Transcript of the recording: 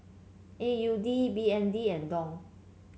A U D B N D and Dong